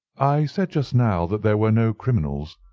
i said just now that there were no criminals.